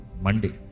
Monday